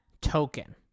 token